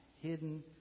hidden